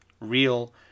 real